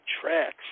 tracks